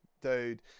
dude